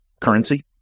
currency